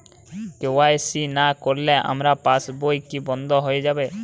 KYC না করলে আমার পাশ বই কি বন্ধ হয়ে যাবে?